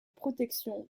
protection